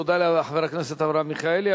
תודה לחבר הכנסת אברהם מיכאלי.